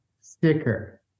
sticker